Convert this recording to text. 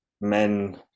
men